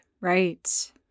Right